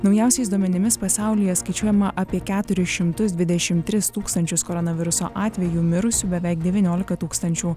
naujausiais duomenimis pasaulyje skaičiuojama apie keturis šimtus dvidešimt tris tūkstančius koronaviruso atvejų mirusių beveik devyniolika tūkstančių